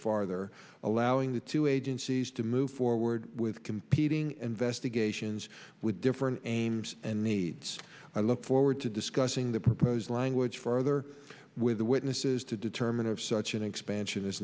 farther allowing the two agencies to move forward with competing and vesta geishas with different aims and needs i look forward to discussing the proposed language further with the witnesses to determine if such an expansion is